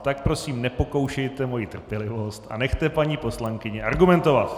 Tak prosím nepokoušejte moji trpělivost a nechte paní poslankyni argumentovat.